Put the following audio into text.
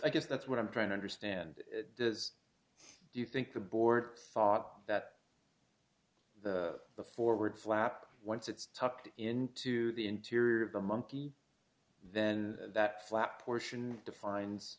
i guess that's what i'm trying to understand does do you think the board thought that the forward flap once it's tucked into the interior of the monkey then that flap portion defines